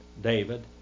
David